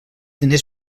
diners